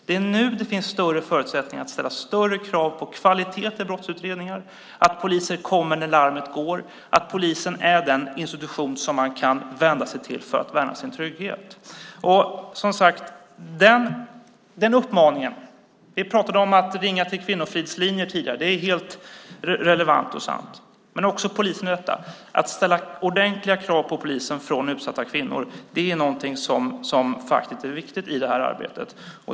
Det är nu det finns större förutsättningar att ställa större krav på kvalitet i brottsutredningar, på att poliser kommer när larmet går och på att polisen ska vara den institution som man kan vända sig till för att värna sin trygghet. Vi pratade om att ringa till kvinnofridslinjer tidigare. Det är helt relevant och sant. Men att ställa ordentliga krav på polisen när det gäller utsatta kvinnor är någonting som faktiskt är viktigt i det här arbetet.